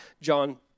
John